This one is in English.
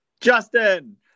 Justin